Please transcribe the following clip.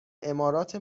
امارات